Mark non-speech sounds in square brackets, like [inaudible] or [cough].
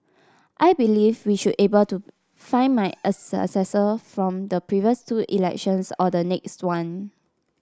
I believe we should be able to find my [unintelligible] successor from the previous two elections or the next one